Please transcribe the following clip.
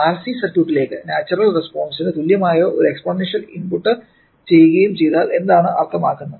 RC സർക്യൂട്ടിലേക്കു natural റെസ്പോൺസിന് തുല്യമായ ഒരു എക്സ്പോണേന്ഷ്യൽ ഇൻപുട്ട് ചെയ്യുകയും ചെയ്താൽ എന്താണ് അർത്ഥമാക്കുന്നത്